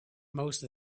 most